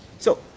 so,